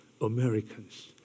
Americans